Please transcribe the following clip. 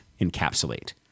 encapsulate